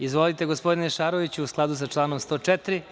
Izvolite, gospodine Šaroviću, u skladu sa članom 104.